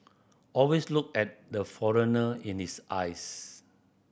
always look at the foreigner in his eyes